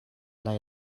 lai